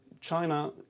China